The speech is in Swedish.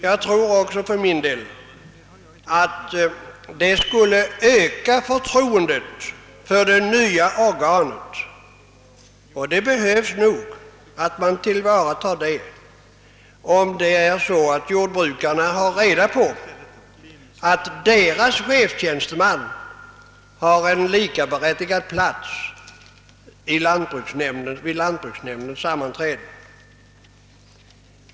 Jag tror också för min del att det skulle öka förtroendet för det nya organet — och det behövs nog — att man sörjer för ett sådant förtroende genom att hushållningssällskapets chefstjänsteman får en likaberättigad plats vid lantbruksnämndens sammanträden.